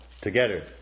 together